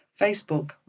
Facebook